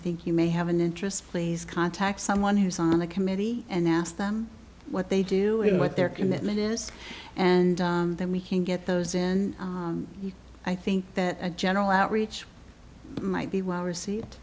think you may have an interest please contact someone who's on the committee and ask them what they doing what their commitment is and then we can get those and i think that a general outreach might be well received